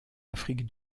afrique